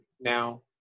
now